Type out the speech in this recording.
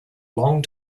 long